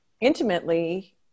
intimately